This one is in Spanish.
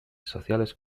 sociales